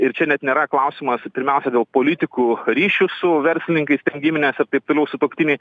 ir čia net nėra klausimas pirmiausia dėl politikų ryšių su verslininkais giminės ir taip toliau sutuoktiniai